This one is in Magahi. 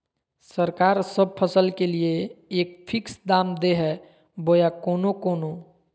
सरकार सब फसल के लिए एक फिक्स दाम दे है बोया कोनो कोनो?